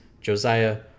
Josiah